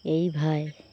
এইভাবে